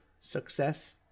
success